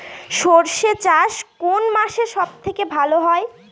সর্ষে চাষ কোন মাসে সব থেকে ভালো হয়?